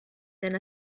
than